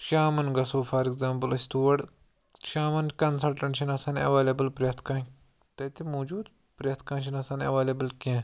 شامَن گژھو for example أسۍ تور شامَن کَنسَلٹَنٹ چھِنہٕ آسان ایٚولیبٕل پرٛیٚتھ کانٛہہ تَتہِ موٗجوٗد پرٛیٚتھ کانٛہہ چھِنہٕ آسان ایٚولیبٕل کیٚنٛہہ